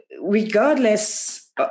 regardless